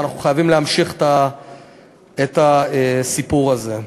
ואנחנו חייבים להמשיך את הסיפור הזה,